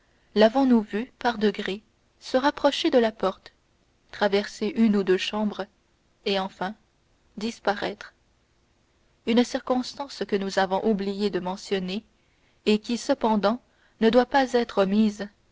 salon lavons nous vu par degrés se rapprocher de la porte traverser une ou deux chambres et enfin disparaître une circonstance que nous avons oublié de mentionner et qui cependant ne doit pas être omise